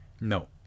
No